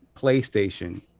PlayStation